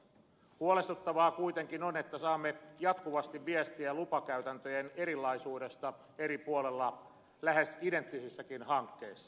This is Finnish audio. huolestuttavaa kuitenkin on että saamme jatkuvasti viestejä lupakäytäntöjen erilaisuudesta eri puolilla lähes identtisissäkin hankkeissa